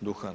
duhan.